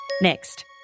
Next